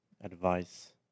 advice